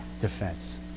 defense